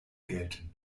gelten